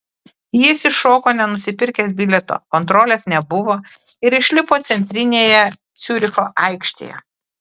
jis įšoko nenusipirkęs bilieto kontrolės nebuvo ir išlipo centrinėje ciuricho aikštėje